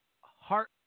heart